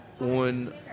on